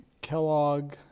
Kellogg